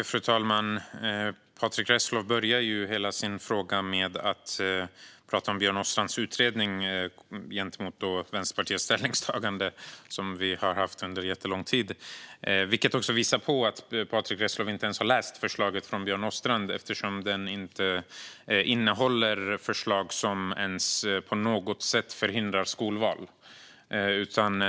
Fru talman! Patrick Reslow börjar hela sin fråga med att prata om Björn Åstrands utredning gentemot Vänsterpartiets ställningstagande, som vi har haft under jättelång tid. Det visar att Patrick Reslow inte ens har läst förslaget från Björn Åstrand, för det innehåller inte på något sätt förslag som förhindrar skolval.